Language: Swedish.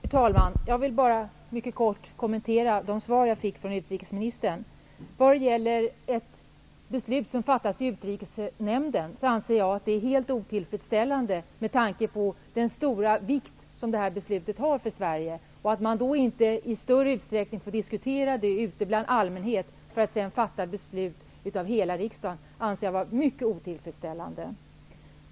Fru talman! Jag vill bara mycket kort kommentera de svar jag fick av utrikesministern. Ett beslut som fattas i utrikesnämnden anser jag vara helt otillfredsställande med tanke på den stora vikt som detta beslut har för Sverige. Att man inte i större utsträckning får diskutera detta ute bland allmänheten för att låta hela riksdagen fatta beslut anser jag vara mycket otillfredsställande.